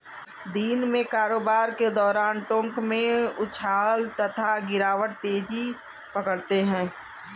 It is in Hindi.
दिन में कारोबार के दौरान टोंक में उछाल तथा गिरावट तेजी पकड़ते हैं